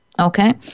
Okay